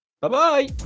Bye-bye